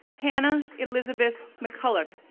hannah elizabeth mccullough,